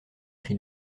cri